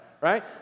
right